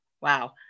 Wow